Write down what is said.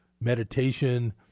meditation